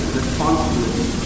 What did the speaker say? responsibility